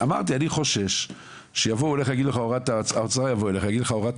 אני חושש שיבוא אליך ומשרד האוצר ויגיד לך הורדת